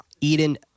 eden